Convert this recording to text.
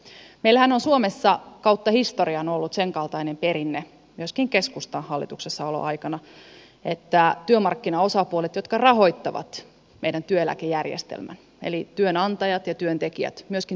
meillähän on suomessa kautta historian ollut senkaltainen perinne myöskin keskustan hallituksessaoloaikana että työmarkkinaosapuolet jotka rahoittavat meidän työeläkejärjestelmän eli työnantajat ja työntekijät neuvottelevat eläkeuudistuksen